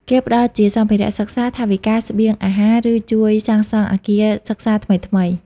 គេផ្តល់ជាសម្ភារៈសិក្សា ថវិកា ស្បៀងអាហារ ឬជួយសាងសង់អគារសិក្សាថ្មីៗ។